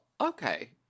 okay